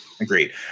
Agreed